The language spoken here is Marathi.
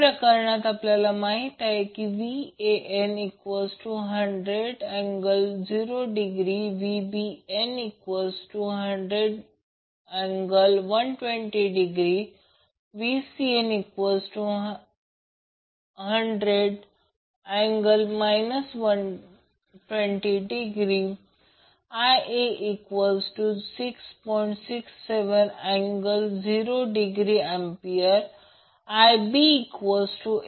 या प्रकरणात आपल्याला माहित आहे VAN100∠0°VBN100∠120°VCN100∠ 120° Ia6